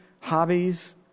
hobbies